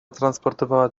transportowała